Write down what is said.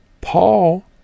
Paul